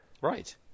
Right